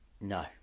No